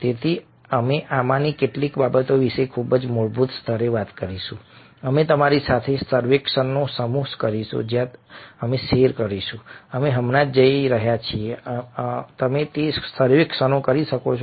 તેથી અમે આમાંની કેટલીક બાબતો વિશે ખૂબ જ મૂળભૂત સ્તરે વાત કરીશું અમે તમારી સાથે સર્વેક્ષણોનો સમૂહ કરીશું જ્યાં અમે શેર કરીશું અમે હમણાં જ જઈ રહ્યા છીએ તમે તે સર્વેક્ષણો કરી શકો છો